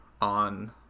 on